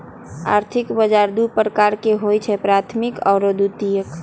आर्थिक बजार दू प्रकार के होइ छइ प्राथमिक आऽ द्वितीयक